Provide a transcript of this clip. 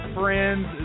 friends